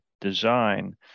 design